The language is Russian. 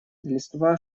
листва